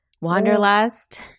Wanderlust